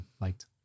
liked